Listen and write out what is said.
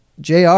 Jr